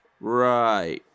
Right